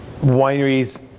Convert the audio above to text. wineries